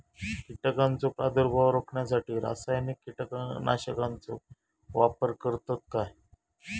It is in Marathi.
कीटकांचो प्रादुर्भाव रोखण्यासाठी रासायनिक कीटकनाशकाचो वापर करतत काय?